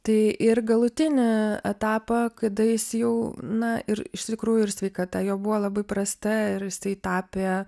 tai ir galutinį etapą kada jis jau na ir iš tikrųjų ir sveikata jau buvo labai prasta ir jisai tapė